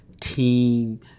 team